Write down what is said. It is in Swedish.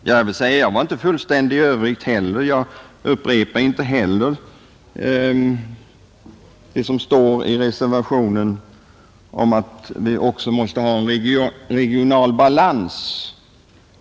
Jag var inte fullständig i övrigt heller; jag upprepade inte heller det som står i reservationen om att vi också måste ha en regional balans.